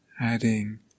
adding